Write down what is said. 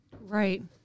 Right